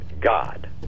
God